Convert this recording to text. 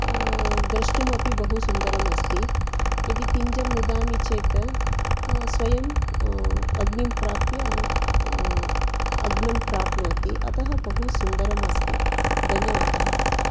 द्रष्टुमपि बहु सुन्दरम् अस्ति यदि पिञ्जं नुदामि चेत् स्वयम् अग्निं प्राप्य अग्निं प्राप्नोति अतः बहु सुन्दरम् अस्ति धन्यवादः